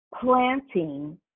planting